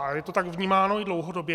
A je to tak vnímáno i dlouhodobě.